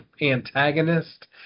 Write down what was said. antagonist